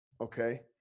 okay